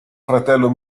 fratello